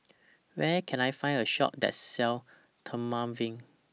Where Can I Find A Shop that sells Dermaveen